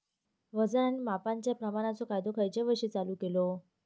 वजन आणि मापांच्या प्रमाणाचो कायदो खयच्या वर्षी चालू केलो?